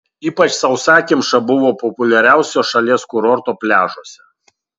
ypač sausakimša buvo populiariausio šalies kurorto pliažuose